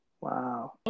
Wow